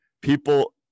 People